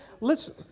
Listen